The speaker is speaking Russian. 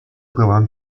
правам